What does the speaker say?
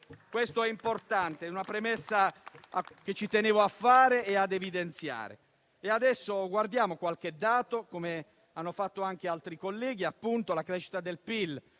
Questo è importante. È una premessa che ci tenevo a fare e ad evidenziare. Adesso consideriamo qualche dato, come hanno fatto anche altri colleghi: la crescita del PIL